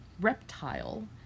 reptile